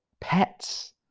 pets